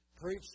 Preach